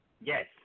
Yes